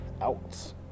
out